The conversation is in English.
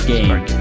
Game